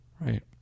Right